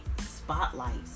spotlights